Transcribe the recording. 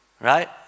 Right